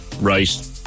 Right